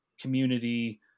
community